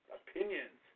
opinions